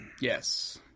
yes